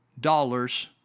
dollars